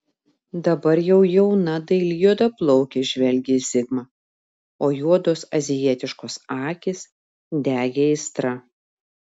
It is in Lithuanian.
dabar jau jauna daili juodaplaukė žvelgė į zigmą o juodos azijietiškos akys degė aistra